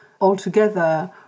altogether